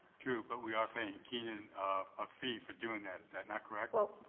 true but we are paying keenan a fee for doing that. is that not correct? well,